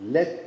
Let